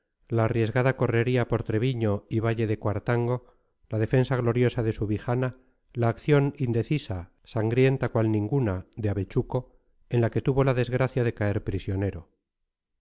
la arriesgada correría por treviño y valle de cuartango la defensa gloriosa de subijana la acción indecisa sangrienta cual ninguna de avechuco en la que tuvo la desgracia de caer prisionero